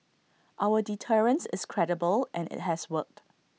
our deterrence is credible and IT has worked